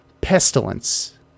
pestilence